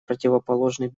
противоположный